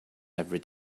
every